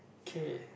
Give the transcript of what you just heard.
K